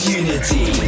unity